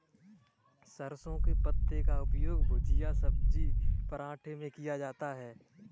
सरसों के पत्ते का उपयोग भुजिया सब्जी पराठे में किया जाता है